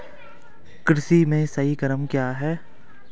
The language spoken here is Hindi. कृषि में सही क्रम क्या है?